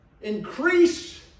increase